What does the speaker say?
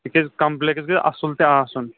تِکیٛاز کَمپٕلیٚکٕس گَژھِ اَصٕل تہِ آسُن